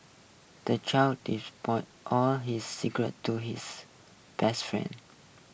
the child divulged all his secrets to his best friend